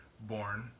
born